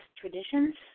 traditions